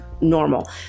Normal